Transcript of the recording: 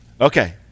Okay